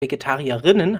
vegetarierinnen